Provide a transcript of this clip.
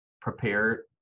prepared